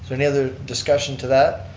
any other discussion to that?